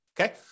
okay